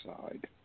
side